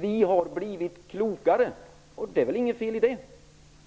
Vi har blivit klokare, och det är väl inte något fel i det?